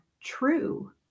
true